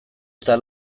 eta